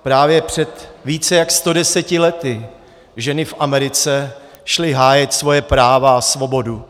Právě před více jak 110 lety ženy v Americe šly hájit svoje práva a svobodu.